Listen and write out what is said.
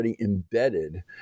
embedded